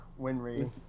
Winry